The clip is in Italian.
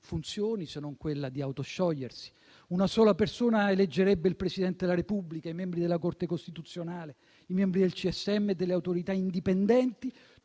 funzioni, se non quella di autosciogliersi; una sola persona eleggerebbe il Presidente della Repubblica, i membri della Corte costituzionale, i membri del CSM e delle autorità indipendenti,